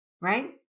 Right